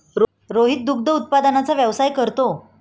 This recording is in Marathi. रोहित दुग्ध उत्पादनाचा व्यवसाय करतो